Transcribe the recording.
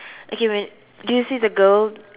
okay when do you see the girl